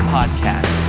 Podcast